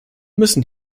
müssen